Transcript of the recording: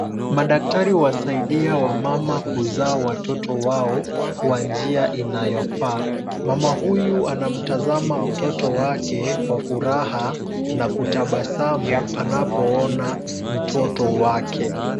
Madaktari huwasaidia wamama kuzaa watoto wao kwa njia inayofaa. Mama huyu anamtazama mtoto wake kwa furaha na kutabasamu anapoona mtoto wake.